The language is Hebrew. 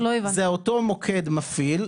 זה אותו מוקד מפעיל,